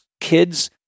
kids